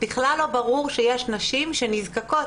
בכלל לא ברור שיש נשים שנזקקות,